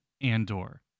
Andor